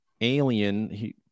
alien